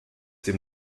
dem